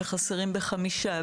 שחסרים בחמישה.